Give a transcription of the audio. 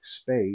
space